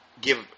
give